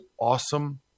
awesome